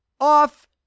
off